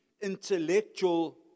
intellectual